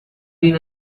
been